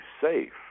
safe